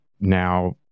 now